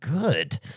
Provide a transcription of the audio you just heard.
good